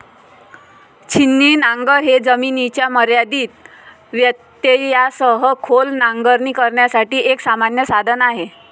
छिन्नी नांगर हे जमिनीच्या मर्यादित व्यत्ययासह खोल नांगरणी करण्यासाठी एक सामान्य साधन आहे